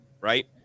right